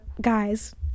guys